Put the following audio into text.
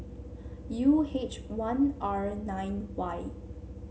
U H one R nine Y